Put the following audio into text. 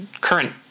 current